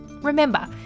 Remember